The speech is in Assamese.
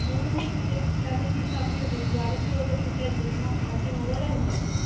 হয় নহয় চিলাব দিছোঁ আপুনি জোখ মাখ ভালকে নল'লে নেকি আপুনি